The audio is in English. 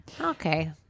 Okay